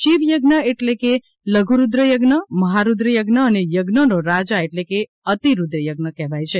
શિવ યજ્ઞ એટલે કે લધુરૂદ્ર થજ્ઞ મહારૂદ્ર થજ્ઞ અને થજ્ઞનો રાજા એટલે કે અતિરૂદ્ર થજ્ઞ કહેવાથ છે